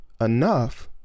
enough